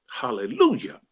hallelujah